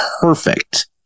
perfect